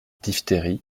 diphtérie